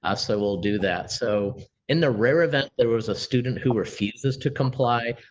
ah so we'll do that. so in the rare event there was a student who refuses to comply,